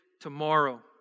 tomorrow